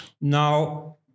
Now